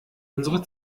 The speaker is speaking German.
unsere